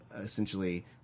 essentially